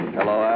Hello